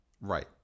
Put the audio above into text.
Right